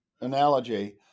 analogy